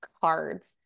cards